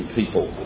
people